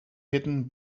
hidden